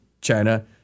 China